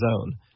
zone